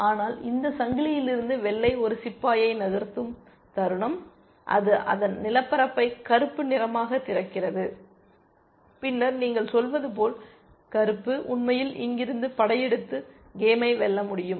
ஆனால் இந்த சங்கிலியிலிருந்து வெள்ளை ஒரு சிப்பாயை நகர்த்தும் தருணம் அது அதன் நிலப்பரப்பை கருப்பு நிறமாகத் திறக்கிறது பின்னர் நீங்கள் சொல்வது போல் கருப்பு உண்மையில் இங்கிருந்து படையெடுத்து கேமை வெல்ல முடியும்